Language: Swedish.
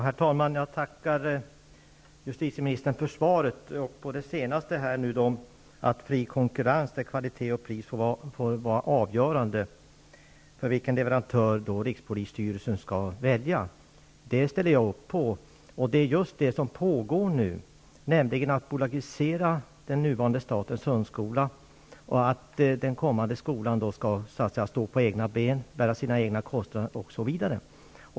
Herr talman! Jag tackar justitieministern för svaret. Jag ställer upp på att det bör råda fri konkurrens där kvalitet och pris blir avgörande för vilken leverantör rikspolisstyrelsen skall välja. Det är just detta som pågår nu genom att man bolagiserar nuvarande statens hundskola. Den kommande skolan skall stå på egna ben och bära sina egna kostnader osv.